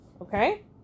Okay